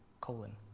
colon